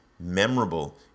memorable